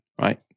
right